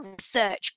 research